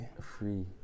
Free